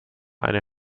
eine